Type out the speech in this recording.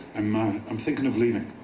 um ah i'm thinking of leaving.